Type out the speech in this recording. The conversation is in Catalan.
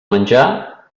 menjar